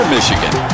Michigan